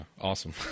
Awesome